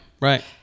right